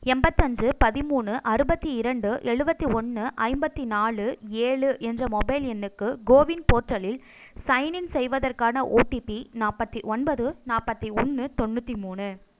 எண்பத்தஞ்சு பதிமூணு அறுபத்து இரண்டு எழுபத்தி ஒன்று ஐம்பத்து நாலு ஏழு என்ற மொபைல் எண்ணுக்கு கோவின் போர்ட்டலில் சைன்இன் செய்வதற்கான ஓடிபி நாற்பத்தி ஒன்பது நாற்பத்தி ஒன்று தொண்ணூற்றி மூணு